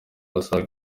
basaga